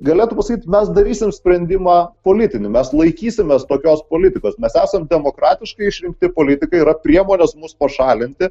galėtų pasakyt mes darysim sprendimą politinį mes laikysimės tokios politikos mes esam demokratiškai išrinkti politikai yra priemonės mus pašalinti